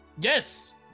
Yes